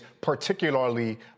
particularly